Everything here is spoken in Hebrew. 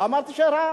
לא אמרתי שרע,